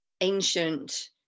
ancient